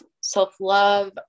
self-love